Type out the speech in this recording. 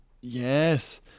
Yes